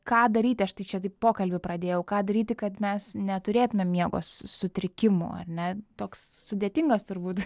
ką daryti aš tai čia taip pokalbį pradėjau ką daryti kad mes neturėtumėm miego sutrikimų ar ne toks sudėtingas turbūt